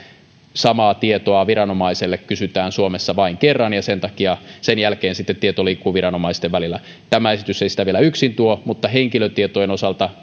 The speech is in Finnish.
samaa tietoa viranomaiselta kysytään suomessa vain kerran ja sen jälkeen sitten tieto liikkuu viranomaisten välillä tämä esitys ei sitä vielä yksin tuo mutta tällä päästään astetta eteenpäin henkilötietojen osalta